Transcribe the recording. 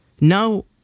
now